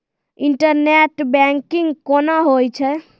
Internet banking कोना होय छै?